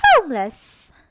homeless